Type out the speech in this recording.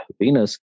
Venus